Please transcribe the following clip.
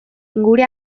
gure